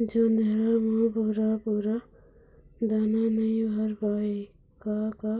जोंधरा म पूरा पूरा दाना नई भर पाए का का